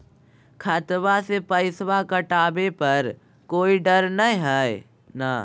खतबा से पैसबा कटाबे पर कोइ डर नय हय ना?